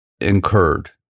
incurred